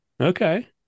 okay